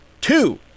two